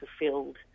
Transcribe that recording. fulfilled